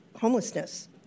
homelessness